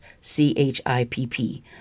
C-H-I-P-P